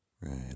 right